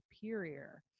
superior